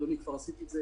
אדוני כבר עשיתי את זה